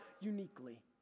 uniquely